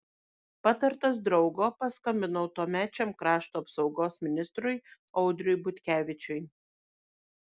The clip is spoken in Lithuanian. patartas draugo paskambinau tuomečiam krašto apsaugos ministrui audriui butkevičiui